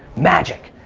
magic.